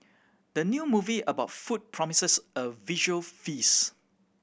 the new movie about food promises a visual feast